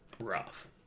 rough